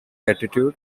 attitude